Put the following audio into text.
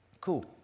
cool